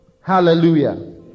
Hallelujah